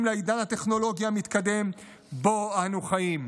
לעידן הטכנולוגי המתקדם שבו אנו חיים,